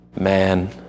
man